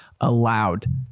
allowed